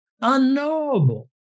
unknowable